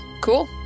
Cool